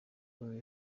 kuva